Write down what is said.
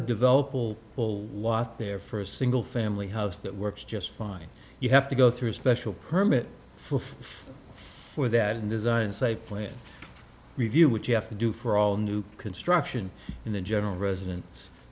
a develop will pull a lot there for a single family house that works just fine you have to go through a special permit for for that and design safe plan review which you have to do for all new construction in the general residence